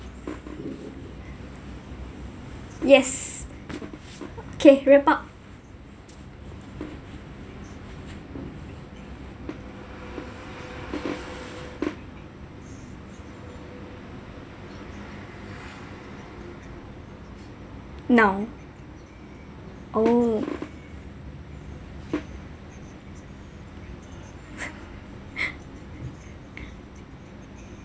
yes okay wrap up now oh